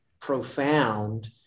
profound